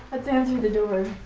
let's answer the door.